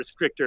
restrictor